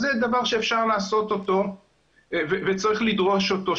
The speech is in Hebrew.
זה דבר שאפשר לעשות אותו וצריך לדרוש אותו,